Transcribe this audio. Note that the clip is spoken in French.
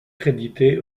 crédité